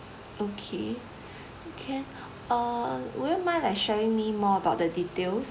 okay can uh would you mind like sharing me more about the details